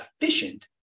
efficient